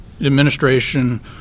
administration